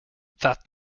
that